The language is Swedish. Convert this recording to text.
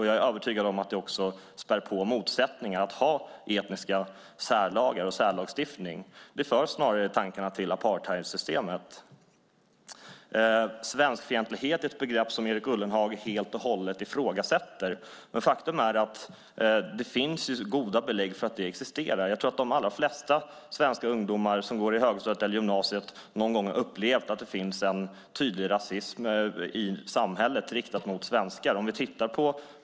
Jag är övertygad om att det spär på motsättningar att ha etniska särlagar och särlagstiftning. Det för snarare tankarna till apartheidsystemet. Svenskfientlighet är ett begrepp som Erik Ullenhag helt och hållet ifrågasätter. Faktum är att det finns goda belägg för att det existerar. Jag tror att de allra flesta svenska ungdomar som går i högstadiet eller gymnasiet någon gång har upplevt att det finns en tydlig rasism i samhället riktad mot svenskar.